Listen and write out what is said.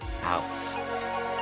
out